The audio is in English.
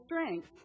strength